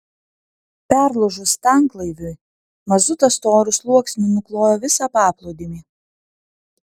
perlūžus tanklaiviui mazutas storu sluoksniu nuklojo visą paplūdimį